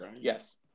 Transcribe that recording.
Yes